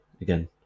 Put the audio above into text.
Again